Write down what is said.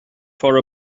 for